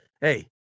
Hey